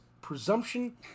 presumption